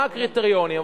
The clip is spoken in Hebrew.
מה הקריטריונים.